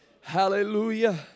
Hallelujah